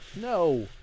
No